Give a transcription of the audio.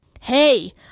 Hey